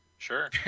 Sure